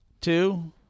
two